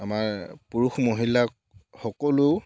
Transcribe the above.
আমাৰ পুৰুষ মহিলা সকলো